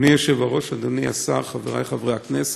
אדוני היושב-ראש, אדוני השר, חברי חברי הכנסת,